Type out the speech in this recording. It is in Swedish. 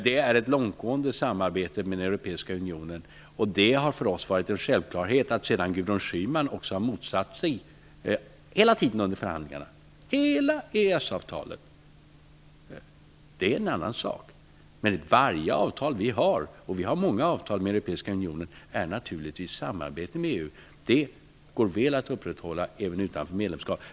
Det är fråga om ett långtgående samarbete med den europeiska unionen. Det har för oss varit en självklarhet att Gudrun Schyman hela tiden har motsatt sig hela EES-avtalet. Det är en annan sak. Men varje avtal som vi har -- vi har många avtal med Europeiska unionen -- innebär naturligtvis ett samarbete med EU. Det går väl att upprätthålla även utan medlemskap.